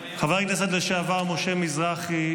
חבר הכנסת לשעבר משה מזרחי,